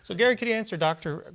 so gary, can you answer dr.